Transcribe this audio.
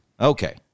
Okay